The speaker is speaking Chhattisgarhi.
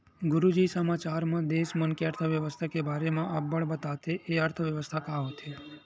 गुरूजी समाचार म देस मन के अर्थबेवस्था के बारे म अब्बड़ बताथे, ए अर्थबेवस्था का होथे?